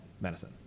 medicine